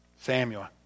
Samuel